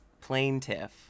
Plaintiff